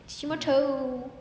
cuci motor